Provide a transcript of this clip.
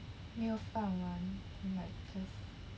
没有饭碗 and like just